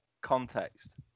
context